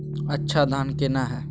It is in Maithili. अच्छा धान केना हैय?